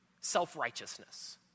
Self-righteousness